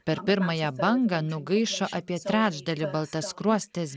per pirmąją bangą nugaišo apie trečdalį baltaskruostės